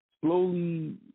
slowly